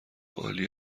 عالی